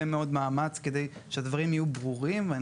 מאוד מאמצים כדי שהדברים יהיו ברורים,